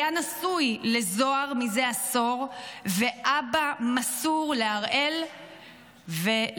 היה נשוי לזוהר זה עשור ואבא מסור להראל ולבארי.